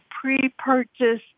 pre-purchase